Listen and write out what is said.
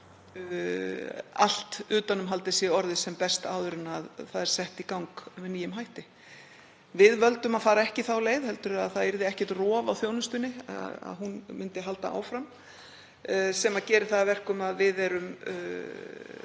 allt utanumhaldið sé orðið sem best áður en það er sett í gang með nýjum hætti. Við völdum að fara ekki þá leið, heldur þá að það yrði ekkert rof á þjónustunni, að hún myndi halda áfram, sem gerir það að verkum að við höfum